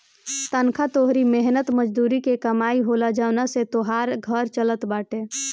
तनखा तोहरी मेहनत मजूरी के कमाई होला जवना से तोहार घर चलत बाटे